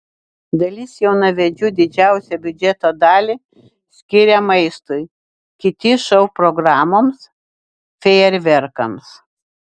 dalis jaunavedžių didžiausią biudžeto dalį skiria maistui kiti šou programoms fejerverkams